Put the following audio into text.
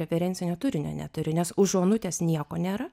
referencinio turinio neturi nes už onutės nieko nėra